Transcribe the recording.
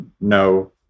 no